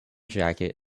jacket